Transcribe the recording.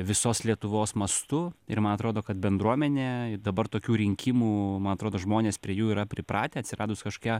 visos lietuvos mastu ir man atrodo kad bendruomenė dabar tokių rinkimų man atrodo žmonės prie jų yra pripratę atsiradus kažkokia